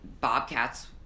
Bobcats